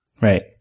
Right